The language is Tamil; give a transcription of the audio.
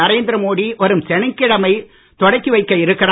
நரேந்திர மோடி வரும் சனிக்கிழமை தொடக்கி வைக்க இருக்கிறார்